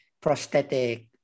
prosthetic